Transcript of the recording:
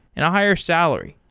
and a higher salary.